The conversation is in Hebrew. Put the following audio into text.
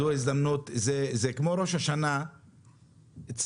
זה כמו ראש השנה אצלכם,